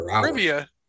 Trivia